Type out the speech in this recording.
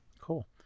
cool